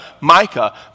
Micah